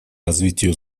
развитию